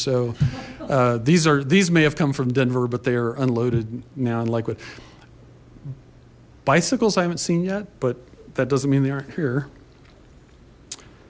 so these are these may have come from denver but they are unloaded now and like with bicycles i haven't seen yet but that doesn't mean they are here